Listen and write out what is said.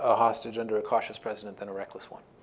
ah hostage under a cautious president than a reckless one.